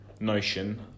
notion